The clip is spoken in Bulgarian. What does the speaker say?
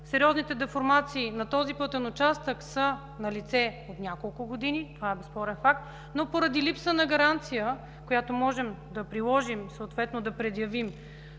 Сериозните деформации на този пътен участък са налице от няколко години – това е безспорен факт, но поради липса на гаранция, която можем да приложим и съответно да предявим